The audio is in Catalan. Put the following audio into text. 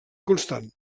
constant